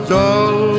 dull